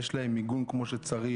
יש להם מיגון כמו שצריך?